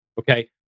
Okay